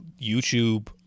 YouTube